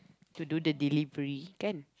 to do the delivery can